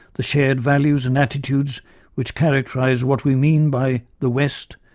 the shared values and attitudes which characterised what we mean by the west,